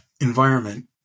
environment